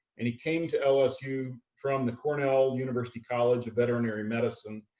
and he came to lsu from the cornell university college of veterinary medicine,